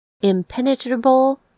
impenetrable